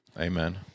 Amen